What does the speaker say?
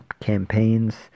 campaigns